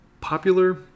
popular